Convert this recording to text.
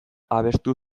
abestu